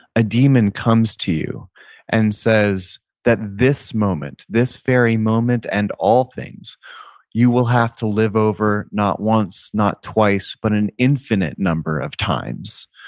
a demon comes to you and says that, this moment, this very moment and all things you will have to live over not once, not twice, but an infinite number of times.